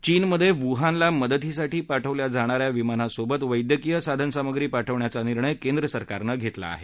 चीनमधे वुहानला मदतीसाठी पाठवल्या जाणा या विमानासोबत वद्यक्रीय साधनसामुग्री पाठवण्याचा निर्णय केंद्रसरकारनं घेतला आहे